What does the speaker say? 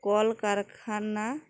কলকারখানা